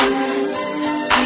See